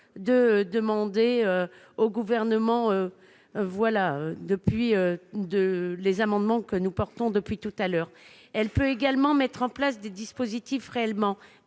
de demander au Gouvernement au travers des amendements que nous défendons depuis tout à l'heure. Elle peut également mettre en place des dispositifs réellement